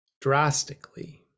drastically